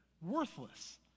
worthless